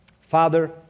Father